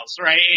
right